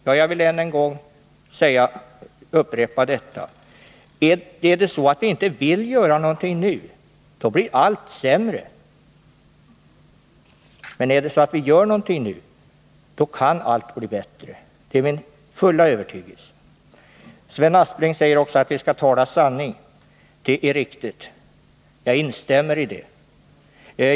Jag vill än en gång upprepa: Är det så att vi inte vill göra någonting nu, då blir allt sämre, men gör vi någonting nu, då kan allt bli bättre. Det är min fulla övertygelse. Sven Aspling säger också att vi skall tala sanning. Det är riktigt. Jag instämmer i det.